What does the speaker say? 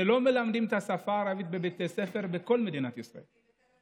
שלא מלמדים את השפה הערבית בבתי הספר בכל מדינת ישראל,